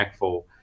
impactful